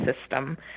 system